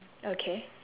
okay